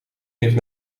heeft